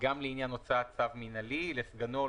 גם לעניין הוצאת צו מינהלי לסגנו או